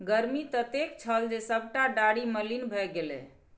गर्मी ततेक छल जे सभटा डारि मलिन भए गेलै